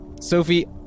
Sophie